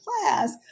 class